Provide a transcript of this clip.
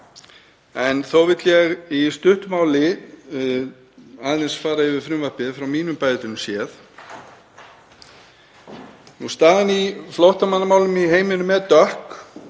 Þó vil ég í stuttu máli aðeins fara yfir frumvarpið frá mínum bæjardyrum séð. Staðan í flóttamannamálum í heiminum er dökk.